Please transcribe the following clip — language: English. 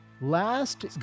Last